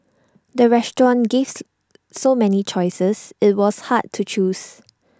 the restaurant gave so many choices IT was hard to choose